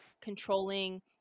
controlling